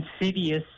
insidious